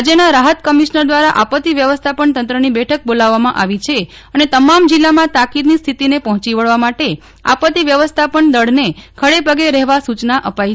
રાજયના રાહત કમિશ્નર દ્વારા આપત્તિ વ્યવસ્થાપન તંત્રની બેઠક બોલાવવામાં આવી છે અને તમામ જિલ્લામાં તાકીદની સ્થિતિને પહોંચી વળવા માટે આપત્તિ વ્યવસ્થાપન દળને ખડેપગે રહેવા સ્ચના અપાઇ છે